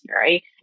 right